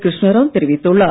கிருஷ்ணாராவ் தெரிவித்துள்ளார்